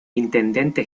intendente